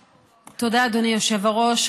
תודה, אדוני היושב-ראש.